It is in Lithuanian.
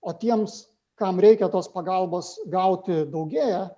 o tiems kam reikia tos pagalbos gauti daugėja